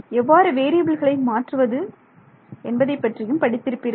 எவ்வாறு வேறியபில்களை மாற்றுவது என்பதை பற்றியும் படித்திருப்பீர்கள்